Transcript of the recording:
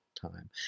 time